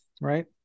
right